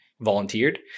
volunteered